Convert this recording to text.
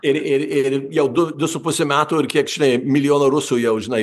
ir ir ir jau du du su puse metų ir kiek žinai milijoną rusų jau žinai